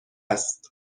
است